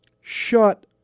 Shut